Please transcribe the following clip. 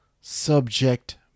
subject